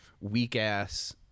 weak-ass